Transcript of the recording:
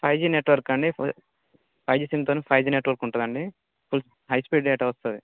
five G network అండి five G సిమ్తో five G network ఉంటుండి అండి ఫుల్ హై స్పీడ్ డేటా వస్తుంది